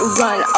run